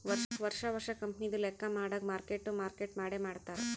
ವರ್ಷಾ ವರ್ಷಾ ಕಂಪನಿದು ಲೆಕ್ಕಾ ಮಾಡಾಗ್ ಮಾರ್ಕ್ ಟು ಮಾರ್ಕೇಟ್ ಮಾಡೆ ಮಾಡ್ತಾರ್